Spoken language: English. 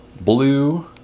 blue